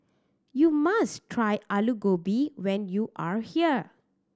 you must try Alu Gobi when you are here